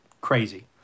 crazy